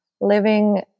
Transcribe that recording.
living